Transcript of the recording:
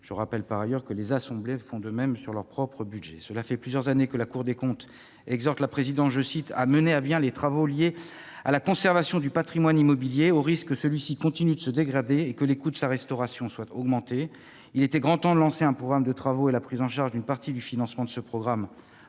D'ailleurs, les assemblées parlementaires font de même sur leur propre budget. Depuis plusieurs années, la Cour des comptes exhorte la présidence « à mener à bien les travaux liés à la conservation du patrimoine immobilier, au risque que celui-ci continue de se dégrader et que les coûts de sa restauration soient augmentés ». Il était grand temps de lancer un programme de travaux et la prise en charge d'une partie du financement de ce programme